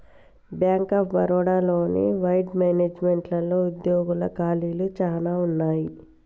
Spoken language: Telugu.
బ్యాంక్ ఆఫ్ బరోడా లోని వెడ్ మేనేజ్మెంట్లో ఉద్యోగాల ఖాళీలు చానా ఉన్నయి